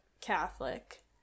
Catholic